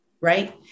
right